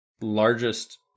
largest